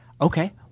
Okay